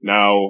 Now